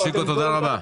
מושיקו, תודה רבה.